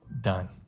done